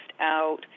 out